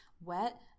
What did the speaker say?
wet